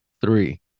Three